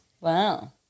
Wow